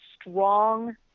strong